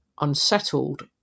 unsettled